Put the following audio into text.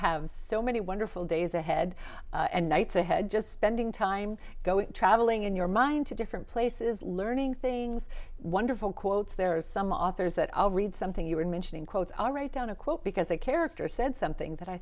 have so many wonderful days ahead and nights ahead just spending time go traveling in your mind to different places learning things wonderful quotes there are some authors that i'll read something you were mentioning quotes all right down a quote because a character said something that i